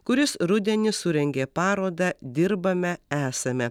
kuris rudenį surengė parodą dirbame esame